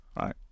right